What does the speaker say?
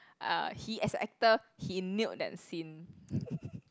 uh he as a actor he nailed that scene